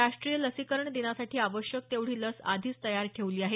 राष्ट्रीय लसीकरण दिनासाठी आवश्यक तेवढी लस आधीच तयार ठेवली आहे